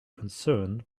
concerned